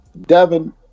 Devin